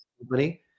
company